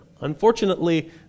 unfortunately